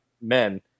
men